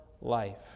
life